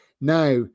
now